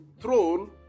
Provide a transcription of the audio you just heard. throne